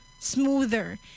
smoother